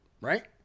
Right